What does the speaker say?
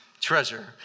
Treasure